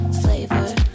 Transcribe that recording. flavor